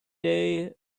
they